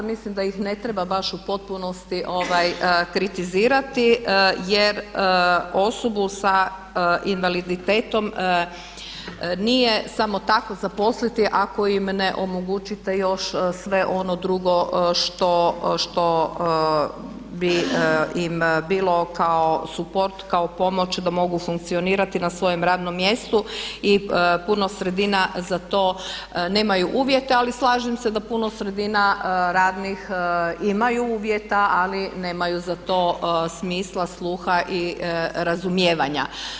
Mislim da ih ne treba baš u potpunosti kritizirati jer osobu sa invaliditetom nije samo tako ne zaposliti ako im ne omogućite još sve ono drugo što bi im bilo kao suport, kao pomoć da mogu funkcionirati na svojem radnom mjestu i puno sredina za to nemaju uvjeta ali slažem se da puno sredina radnih imaju uvjeta ali nemaju za to smisla, sluha i razumijevanja.